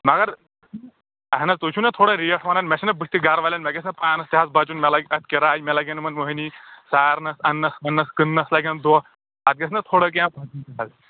مگر اہن حظ تُہۍ چھُنہ تھوڑا ریٹ وَنان مےٚ چھِنہ بٔتھِ گَرٕوالٮ۪ن مےٚ گژھِ نہ پانَس تہِ حظ بَچُن مےٚ لَگہِ پٮ۪ٹھٕ کِراے مےٚ لَگن یِمَن مٔہنِو سارنَس اَننَس نِنَس کٕننَس لَگن دۄہ اَتھ گژھِ نہ تھوڑا کینٛہہ